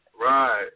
Right